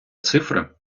цифра